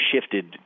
shifted